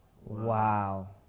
Wow